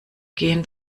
gehen